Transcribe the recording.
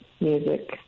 music